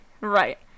Right